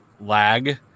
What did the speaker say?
lag